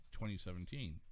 2017